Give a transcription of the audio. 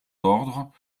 ordre